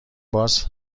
باز